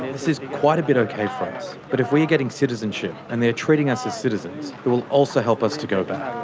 this is quite a bit okay for us but if we are getting citizenship and they are treated us as citizens it will also help us to go back.